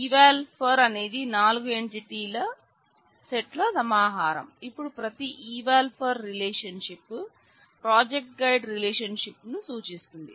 ఇపుడు ప్రతి eval for relationship project guide relationship కు సూచిస్తుంది